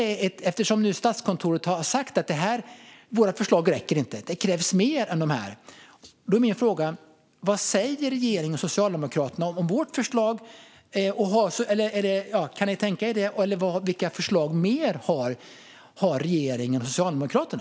Eftersom nu Statskontoret har sagt att dessa förslag inte räcker utan att det krävs mer är min fråga: Vad säger regeringen och Socialdemokraterna om vårt förslag? Kan ni tänka er det? Vilka ytterligare förslag har annars regeringen och Socialdemokraterna?